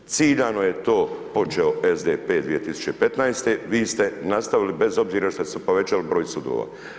Ciljano je to počeo SDP 2015., vi ste nastavili bez obzira što ste povećali broj sudova.